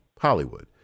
Hollywood